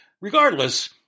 Regardless